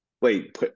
Wait